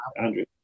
Andrew